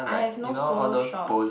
I have no solo shots